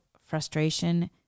frustration